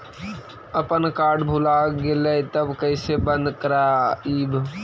अपन कार्ड भुला गेलय तब कैसे बन्द कराइब?